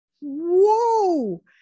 whoa